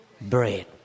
bread